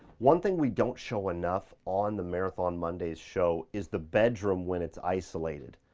one thing we don't show enough on the marathon mondays show is the bedroom when it's isolated.